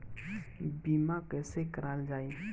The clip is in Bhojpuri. बीमा कैसे कराएल जाइ?